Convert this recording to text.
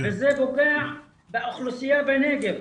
וזה פוגע באוכלוסייה בנגב.